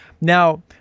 Now